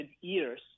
years